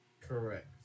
correct